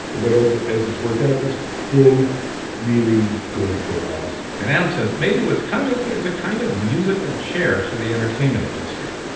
but as it as it's worked out, it's been really good for us and adam says maybe what's coming is a kind of musical chairs for the entertainment industry,